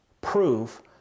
proof